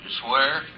swear